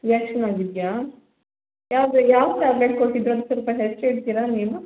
reaction ಆಗಿದೆಯಾ ಯಾವಾಗ ಯಾವ ಟ್ಯಾಬ್ಲೆಟ್ಸ್ ಕೊಟ್ಟಿದ್ದು ಒಂದು ಸ್ವಲ್ಪ ಹೆಸ್ರು ಹೇಳ್ತೀರಾ ನೀವು